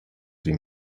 sie